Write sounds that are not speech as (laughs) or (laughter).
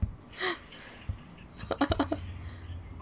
(laughs)